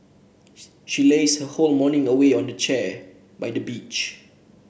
she lazed her whole morning away on a deck chair by the beach